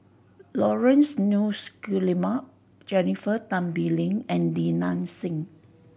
Laurence Nunns Guillemard Jennifer Tan Bee Leng and Li Nanxing